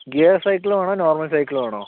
gear cycle വേണോ normal cycle വേണോ